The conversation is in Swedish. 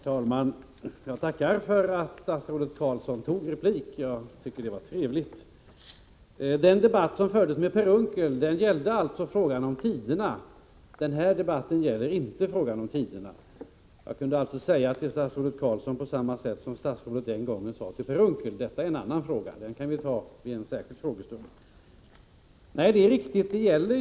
Herr talman! Jag tackar för att statsrådet Carlsson tog replik. Jag tycker det var trevligt. Den debatt som fördes med Per Unckel gällde frågan om tiderna. Den här — Nr 37 debatten gäller inte frågan om tiderna. Jag kunde alltså säga till statsrådet Tisdagen den Carlsson på samma sätt som statsrådet Carlsson sade till Per Unckel: Detta är 27 november 1984 en annan fråga, den kan vi ta vid en särskild frågestund.